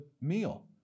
meal